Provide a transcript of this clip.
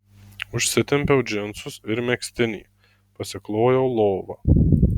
užsitempiau džinsus ir megztinį pasiklojau lovą